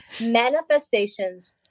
manifestations